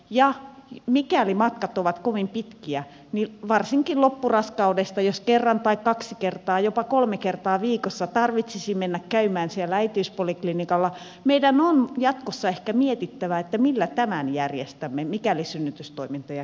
ja mikäli matkat ovat kovin pitkiä varsinkin jos tarvitsisi loppuraskaudesta kerran tai kaksi kertaa jopa kolme kertaa viikossa mennä käymään siellä äitiyspoliklinikalla meidän on jatkossa ehkä mietittävä millä tämän järjestämme mikäli synnytystoimintoja keskitetään